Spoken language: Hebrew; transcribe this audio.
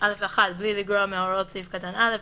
"(א1) בלי לגרוע מהוראות סעיף קטן (א),